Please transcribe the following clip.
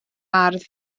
ardd